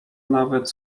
nawet